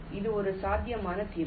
இது ஒரு சாத்தியமான தீர்வு